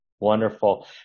Wonderful